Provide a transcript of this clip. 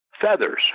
Feathers